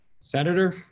Senator